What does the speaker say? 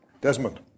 Desmond